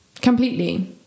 Completely